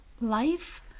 Life